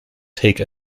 take